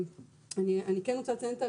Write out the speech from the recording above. אני כן רוצה לציין את